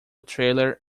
trailer